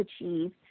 achieve